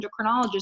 endocrinologist